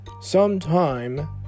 sometime